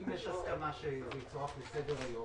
אם יש הסכמה שהיא תצורף לסדר-היום